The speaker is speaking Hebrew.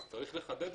צריך לחדד